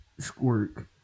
squirk